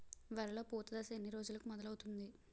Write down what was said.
వరిలో పూత దశ ఎన్ని రోజులకు మొదలవుతుంది?